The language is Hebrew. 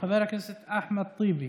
חבר הכנסת אחמד טיבי,